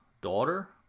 daughter